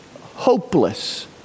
hopeless